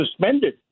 suspended